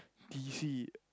D_C